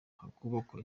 hakubakwa